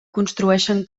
construeixen